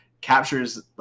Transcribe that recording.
captures